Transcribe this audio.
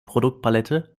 produktpalette